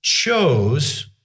chose